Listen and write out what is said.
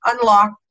unlock